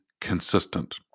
consistent